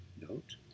note